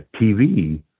TV